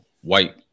white